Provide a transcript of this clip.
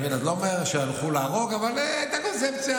אז אני לא אומר שהלכו להרוג, אבל הייתה קונספציה